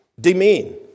demean